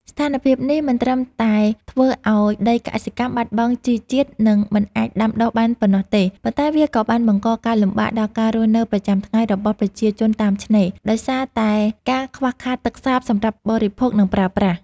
ស្ថានភាពនេះមិនត្រឹមតែធ្វើឱ្យដីកសិកម្មបាត់បង់ជីជាតិ និងមិនអាចដាំដុះបានប៉ុណ្ណោះទេ ប៉ុន្តែវាក៏បានបង្កការលំបាកដល់ការរស់នៅប្រចាំថ្ងៃរបស់ប្រជាជនតាមឆ្នេរ ដោយសារតែការខ្វះខាតទឹកសាបសម្រាប់បរិភោគ និងប្រើប្រាស់។